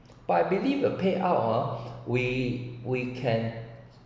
but I believe the payout ah we we can